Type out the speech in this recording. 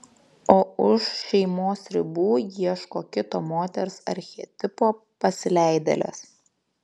o už šeimos ribų ieško kito moters archetipo pasileidėlės